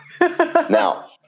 Now